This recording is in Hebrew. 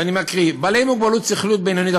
ואני מקריא: בעלי מוגבלות שכלית בינונית,